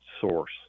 source